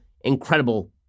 incredible